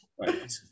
Right